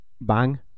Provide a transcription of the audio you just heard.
Bang